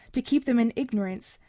to keep them in ignorance,